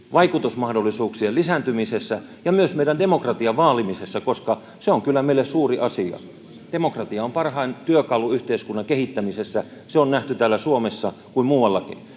vaikutusmahdollisuuksien lisääntymisessä ja myös meidän demokratian vaalimisessa, koska se on kyllä meille suuri asia. Demokratia on parhain työkalu yhteiskunnan kehittämisessä. Se on nähty niin täällä Suomessa kuin muuallakin.